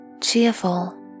Cheerful